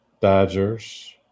Dodgers